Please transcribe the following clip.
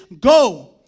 Go